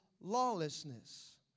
lawlessness